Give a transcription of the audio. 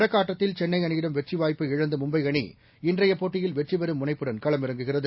தொடக்கஆட்டத்தில் சென்னைஅணியிடம்வெற்றிவாய்ப்பைஇழந்தமும்பைஅணி இன்றையபோட்டியில்வெற்றிபெறும்முனைப்புடன்களமிறங் குகிறது